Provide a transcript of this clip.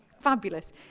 fabulous